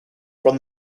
from